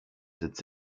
cette